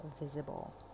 visible